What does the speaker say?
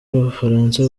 b’abafaransa